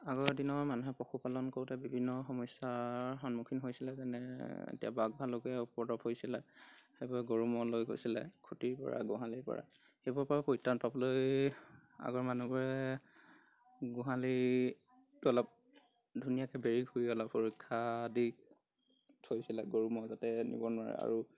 আগৰ দিনৰ মানুহে পশুপালন কৰোঁতে বিভিন্ন সমস্যাৰ সন্মুখীন হৈছিলে যেনে এতিয়া বাঘ ভালুকে উপদ্ৰপ কৰিছিলে সেইবোৰে গৰু ম'হ লৈ গৈছিলে খুটিৰ পৰা গোহালিৰ পৰা সেইবোৰৰ পৰা পৰিত্ৰাণ পাবলৈ আগৰ মানুহবোৰে গোহালিটো অলপ ধুনীয়াকৈ বেৰি কুৰি অলপ সুৰক্ষা দি থৈছিলে গৰু ম'হ যাতে নিব নোৱাৰে আৰু